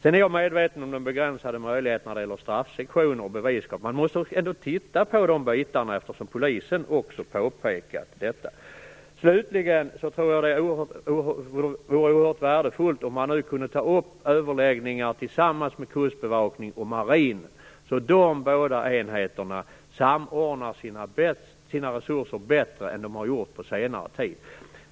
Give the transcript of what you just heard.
Jag är medveten om de begränsade möjligheterna till sanktioner och svårigheterna vad gäller beviskrav, men man måste ändå undersöka saken, eftersom också polisen har påpekat detta. Jag tror att det vore oerhört värdefullt om man kunde ta upp överläggningar tillsammans med Kustbevakningen och Marinen, så att de båda enheterna samordnar sina resurser bättre än vad de gjort på senare tid.